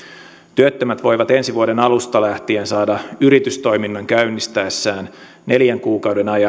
työttömät voivat ensi vuoden alusta lähtien saada yritystoiminnan käynnistäessään neljän kuukauden ajan